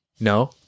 No